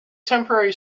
temporary